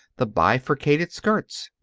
the bifurcated skirts.